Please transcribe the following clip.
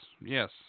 yes